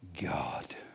God